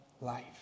life